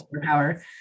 superpower